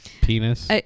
penis